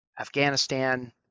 Afghanistan